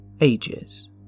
ages